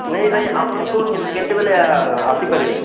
ନାଇଁ ଭାଇ ଆପଣ କୁହନ୍ତୁ କେତେବେଳେ ଆସିପାରିବେ